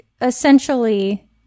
essentially